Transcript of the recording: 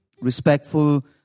respectful